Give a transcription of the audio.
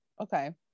okay